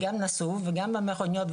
גם נסעו וגם במכוניות,